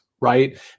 Right